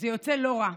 זה יוצא לא רע,